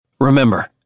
Remember